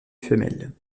femelles